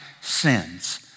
sins